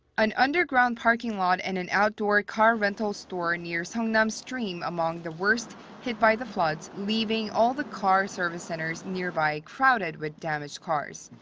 an underground parking lot and an outdoor car rental store near so seoknam um stream among the worst hit by the floods, leaving all the car service centers nearby crowded with damaged cars.